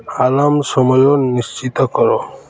alarm ସମୟ ନିଶ୍ଚିତ କର